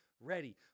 ready